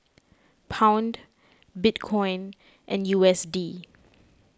Pound Bitcoin and U S D